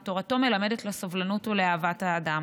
ותורתו מלמדת סובלנות ואהבת האדם.